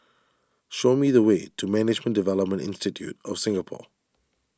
show me the way to Management Development Institute of Singapore